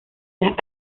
las